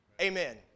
Amen